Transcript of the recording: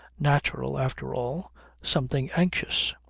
natural, after all something anxious.